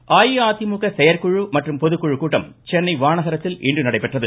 கூட்டம் அஇஅதிமுக செயற்குழு மற்றும் பொதுக்குழு கூட்டம் சென்னை வானகரத்தில் இன்று நடைபெற்றது